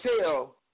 tell